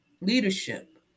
leadership